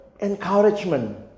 encouragement